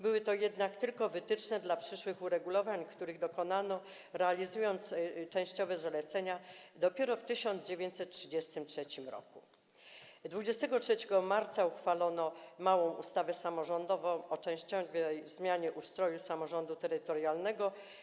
Były to jednak tylko wytyczne dla przyszłych uregulowań, które podjęto, realizując częściowe zalecenia, dopiero w 1933 r. 23 marca uchwalono małą ustawę samorządową o częściowej zmianie ustroju samorządu terytorialnego.